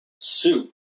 soup